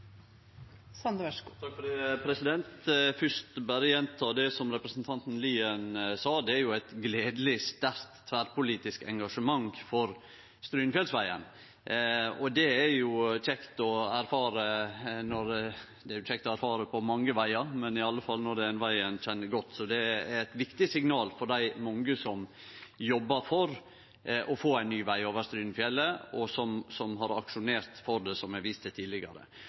eit gledeleg, sterkt tverrpolitisk engasjement for Strynefjellsvegen, og det er kjekt å erfare – det er kjekt å erfare når det gjeld mange vegar, men iallfall når det er ein veg ein kjenner godt. Så det er eit viktig signal for dei mange som jobbar for å få ein ny veg over Strynefjellet, og som har aksjonert for det, som det er vist til tidlegare.